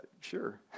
sure